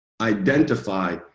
identify